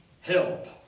help